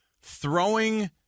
throwing